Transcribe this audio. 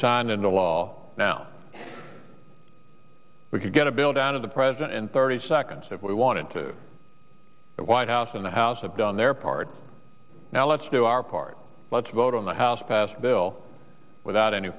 signed into law now we could get a bill down to the president in thirty seconds if we wanted to the white house and the house have done their part now let's do our part let's vote on the house passed bill without any